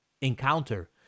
encounter